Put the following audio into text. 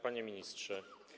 Panie Ministrze!